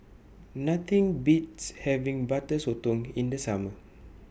Nothing Beats having Butter Sotong in The Summer